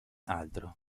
altro